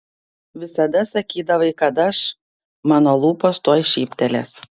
visada sakydavai kad aš mano lūpos tuoj šyptelės